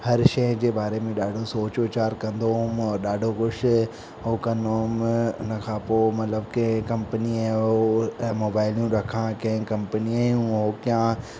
हर शइ जे बारे में ॾाढो सोच वीचार कंदो हुयुमि ॾाढो कुझु हो कंदुमि हुयुमि हुनखां पोइ मतिलब के कंपनीअ जो हो मोबाइलियूं रखां कें कंपनीअ जो हो कयां